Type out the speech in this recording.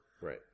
Right